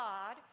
God